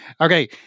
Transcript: Okay